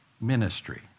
ministry